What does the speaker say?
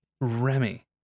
Remy